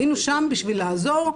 היינו שם בשביל לעזור,